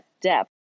depth